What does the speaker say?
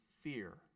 Fear